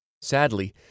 Sadly